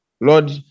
Lord